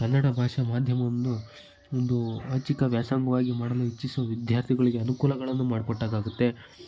ಕನ್ನಡ ಭಾಷಾ ಮಾಧ್ಯಮವನ್ನು ಒಂದು ಚಿಕ್ಕ ವ್ಯಾಸಂಗವಾಗಿ ಮಾಡಲು ಇಚ್ಚಿಸುವ ವಿದ್ಯಾರ್ಥಿಗಳಿಗೆ ಅನುಕೂಲಗಳನ್ನು ಮಾಡ್ಕೊಟ್ಟಾಗಾಗುತ್ತೆ